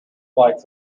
lights